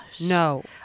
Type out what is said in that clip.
No